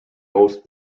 most